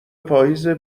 پاییزه